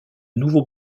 nouveaux